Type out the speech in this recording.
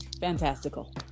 fantastical